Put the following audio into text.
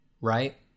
right